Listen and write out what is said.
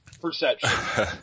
perception